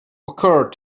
occurred